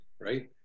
right